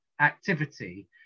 activity